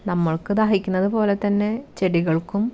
നമ്മൾക്ക് ദാഹിക്കുന്നത് പോലെ തന്നെ ചെടികൾക്കും